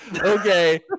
okay